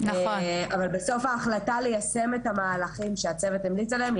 אבל בסוף ההחלטה ליישם את המהלכים שהצוות המליץ עליהם היא